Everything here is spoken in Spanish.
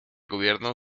gobierno